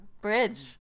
bridge